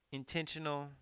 intentional